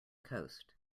coast